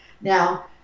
now